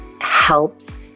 helps